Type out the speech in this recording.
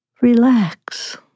relax